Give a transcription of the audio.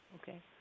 Okay